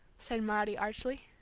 said maudie archly.